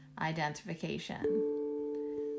identification